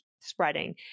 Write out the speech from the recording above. spreading